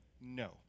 No